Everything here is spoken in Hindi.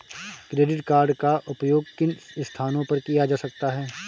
क्रेडिट कार्ड का उपयोग किन स्थानों पर किया जा सकता है?